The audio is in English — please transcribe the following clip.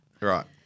Right